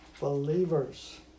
believers